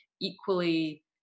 equally